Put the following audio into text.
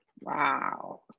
Wow